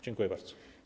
Dziękuję bardzo.